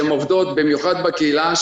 במיוחד בקהילה,